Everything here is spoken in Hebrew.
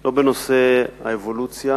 לא בנושא האבולוציה